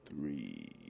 three